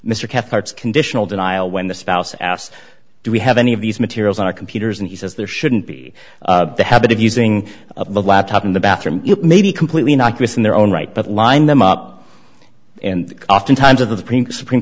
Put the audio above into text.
mr cathcart conditional denial when the spouse asked do we have any of these materials on our computers and he says there shouldn't be the habit of using of a laptop in the bathroom may be completely innocuous in their own right but line them up and often times of the print supreme